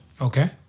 Okay